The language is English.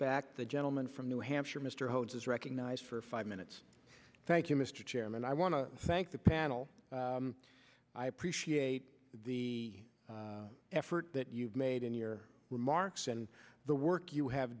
back the gentleman from new hampshire mr hodes is recognized for five minutes thank you mr chairman i want to thank the panel i appreciate the effort that you've made in your remarks and the work you have